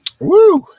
Woo